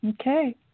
Okay